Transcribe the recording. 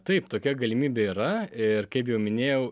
taip tokia galimybė yra ir kaip jau minėjau